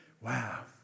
Wow